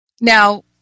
Now